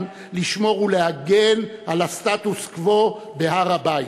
לשמור ולהגן על הסטטוס-קוו בהר-הבית.